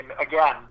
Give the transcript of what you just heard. again